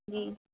جی